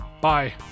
Bye